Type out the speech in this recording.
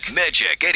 magic